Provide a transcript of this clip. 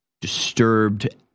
disturbed